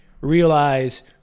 realize